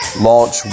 launch